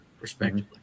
respectively